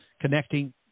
connecting